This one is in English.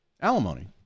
alimony